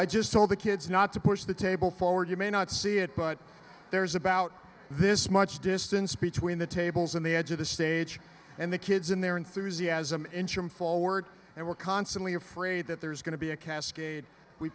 i just told the kids not to push the table forward you may not see it but there's about this much distance between the tables and the edge of the stage and the kids in their enthusiasm interim forward and we're constantly afraid that there's going to be a cascade we